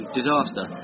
disaster